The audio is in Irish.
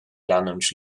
leanúint